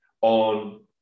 on